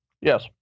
yes